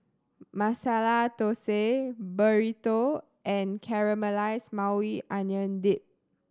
Masala Dosa Burrito and Caramelized Maui Onion Dip